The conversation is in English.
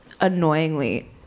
annoyingly